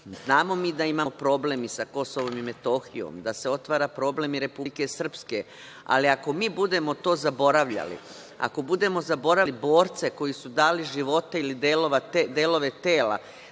mi da imamo problem i sa KiM, da se otvara problem i Republike Srpske, ali ako mi budemo to zaboravljali, ako budemo zaboravljali borce koji su dali živote ili delove tela